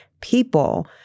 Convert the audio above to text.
people